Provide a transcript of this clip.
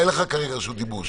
אין לך כרגע זכות דיבור.